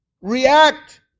react